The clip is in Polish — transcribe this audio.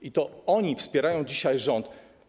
I to oni wspierają dzisiaj rząd.